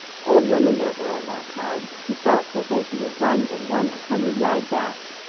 old women there were in that crowd who felt that they could have run and won a hundred-yard dash!